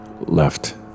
left